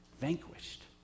vanquished